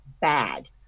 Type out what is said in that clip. bad